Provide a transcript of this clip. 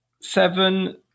Seven